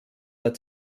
der